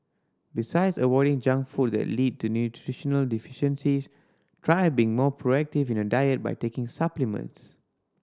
besides avoiding junk food that lead to nutritional deficiencies try being more proactive in your diet by taking supplements